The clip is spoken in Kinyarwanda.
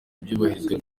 iyubahirizwa